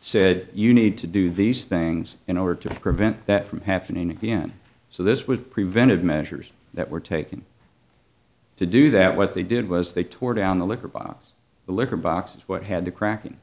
said you need to do these things in order to prevent that from happening again so this would preventive measures that were taken to do that what they did was they tore down the litter box the litter boxes what had the cracking